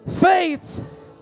faith